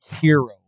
hero